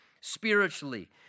spiritually